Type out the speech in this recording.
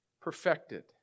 perfected